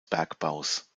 bergbaus